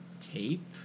Tape